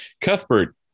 Cuthbert